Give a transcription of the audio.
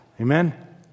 Amen